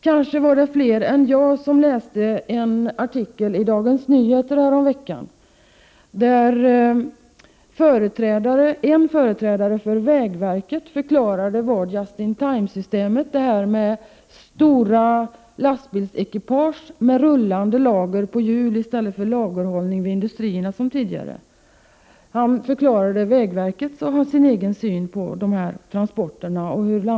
Kanske var det fler än jag som läste en artikel i Dagens Nyheter härom veckan, där en företrädare för vägverket förklarade sin och vägverkets syn på just-in-time-systemet, detta med stora lastbilsekipage med rullande lager i stället för lagerhållning vid industrierna.